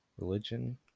religion